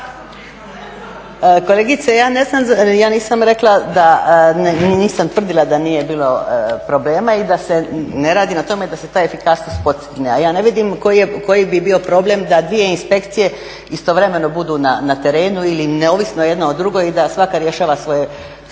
nisam rekla nisam tvrdila da nije bilo problema i da se ne radi na tome da se ta efikasnost … a ja ne vidim koji bi bio problem da dvije inspekcije istovremeno budu na terenu ili neovisno jedna od dugoj i da svaka rješava svoj